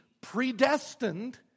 predestined